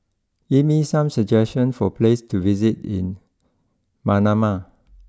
give me some suggestions for places to visit in Manama